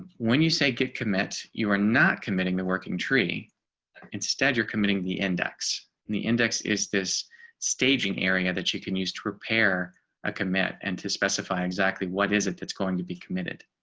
when you say get commit. you are not committing the working tree instead you're committing the index and the index is this staging area that you can use to repair a commit and to specify exactly what is it, it's going to be committed